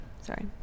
Sorry